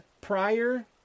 prior